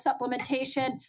supplementation